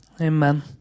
amen